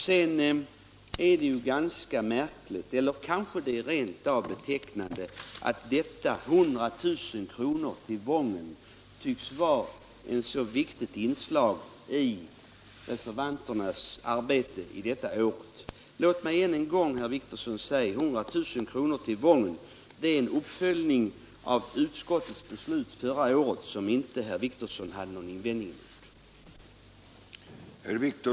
Det är vidare ganska märkligt, kanske rent av betecknande, att de 100 000 kronorna till Wången utgör ett så viktigt inslag i reservanternas diskussion i dag. Låt mig än en gång säga att dessa 100 000 kr. utgör en uppföljning av utskottets beslut förra året, som herr Wictorsson då inte hade någon invändning emot.